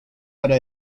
para